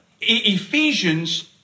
Ephesians